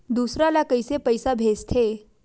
दूसरा ला कइसे पईसा भेजथे?